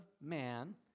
man